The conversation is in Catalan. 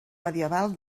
medieval